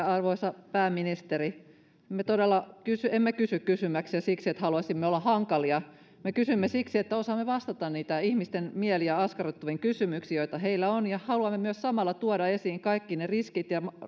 arvoisa pääministeri me todella emme kysy kysymyksiä siksi että haluaisimme olla hankalia me kysymme siksi että osaamme vastata niihin ihmisten mieliä askarruttaviin kysymyksiin joita heillä on ja haluamme myös samalla tuoda esiin kaikki ne riskit ja